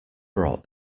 brought